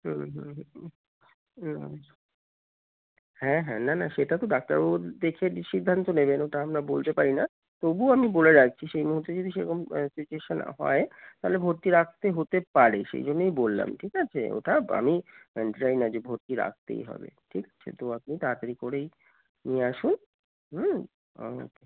হুম হুম হ্যাঁ হ্যাঁ না না সেটা তো ডাক্তারবাবুুর দেখে সিদ্ধান্ত নেবেন ওটা আপরা বলতে পারি না তবুও আমি বলে রাখছি সেই মুহুর্তে যদি সেরকম সিচুয়েশান হয় তাহলে ভর্তি রাখতে হতে পারে সেই জন্যন্যই বললাম ঠিক আছে ওটা আমি জানি না যে ভর্তি রাখতেই হবে ঠিক আছে তো আপনি তাড়াতাড়ি করেই নিয়ে আসুন হুম আমাকে